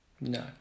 No